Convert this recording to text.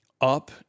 up